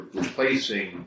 replacing